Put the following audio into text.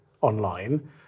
online